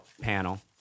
panel